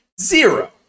Zero